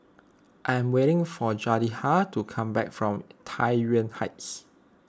I am waiting for Jedidiah to come back from Tai Yuan Heights